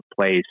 place